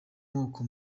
moko